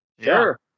Sure